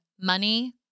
money